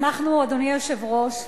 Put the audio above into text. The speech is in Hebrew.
אדוני היושב-ראש,